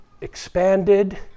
expanded